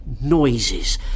Noises